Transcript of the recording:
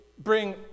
bring